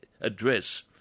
address